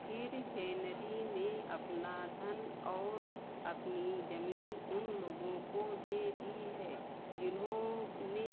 फिर हेनरी ने अपना धन और अपनी ज़मीन उन लोगों को दे दी है जिन्होंने